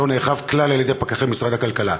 שלא נאכף כלל על-ידי פקחי משרד הכלכלה.